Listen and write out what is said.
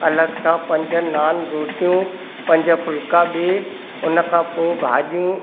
अलॻि सां पंज नान रोटियूं पंज फुलका बि उन खां पोइ भाॼियूं